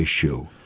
issue